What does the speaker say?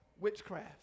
witchcraft